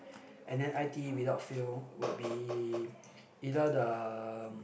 and then i_t_e without fail would be either the um